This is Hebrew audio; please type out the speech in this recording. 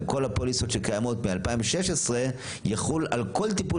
גם כל הפוליסות שקיימות מ-2016 יחול על כל טיפול